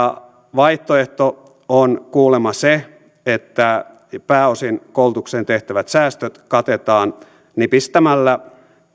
vaihtoehto on kuulemma se että pääosin koulutukseen tehtävät säästöt katetaan nipistämällä